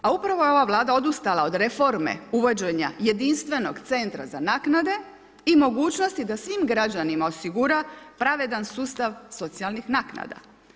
A upravo je ova Vlada odustala od reforme uvođenja jedinstvenog centra za naknade i mogućnosti da svim građanima osigura pravedan sustav socijalnih naknada.